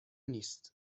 نیست